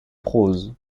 prose